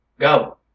Go